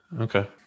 Okay